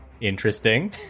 Interesting